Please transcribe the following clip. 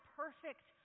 perfect